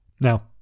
Now